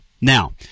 Now